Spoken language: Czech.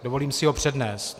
Dovolím si ho přednést.